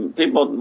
people